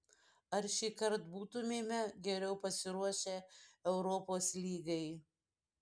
ar šįkart būtumėme geriau pasiruošę europos lygai